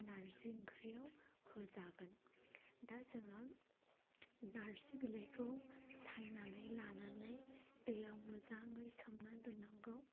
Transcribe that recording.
नारजि ओंख्रियाव होजागोन दा जोङो नारजि बिलाइखौ सायनानै लानानै दैआव मोजाङै सोमनानै दोननांगौ